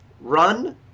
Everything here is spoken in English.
Run